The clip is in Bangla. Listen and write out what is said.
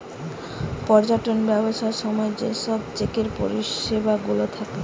পর্যটনের ব্যবসার সময় যে সব চেকের পরিষেবা গুলা থাকে